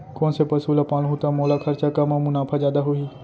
कोन से पसु ला पालहूँ त मोला खरचा कम अऊ मुनाफा जादा होही?